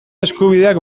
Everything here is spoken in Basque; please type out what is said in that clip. eskubideak